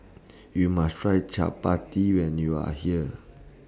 YOU must Try Chapati when YOU Are here